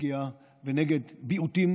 פגיעה ונגד ביעותים.